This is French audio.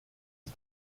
les